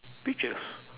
peaches